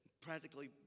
practically